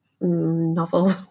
novel